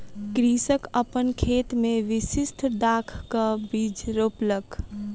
कृषक अपन खेत मे विशिष्ठ दाखक बीज रोपलक